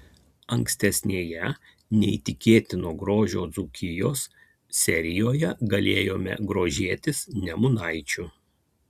ankstesnėje neįtikėtino grožio dzūkijos serijoje galėjome grožėtis nemunaičiu